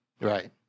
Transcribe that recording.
Right